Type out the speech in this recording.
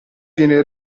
viene